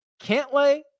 Cantlay